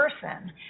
person